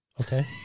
Okay